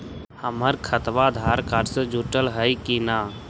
हमर खतबा अधार से जुटल हई कि न?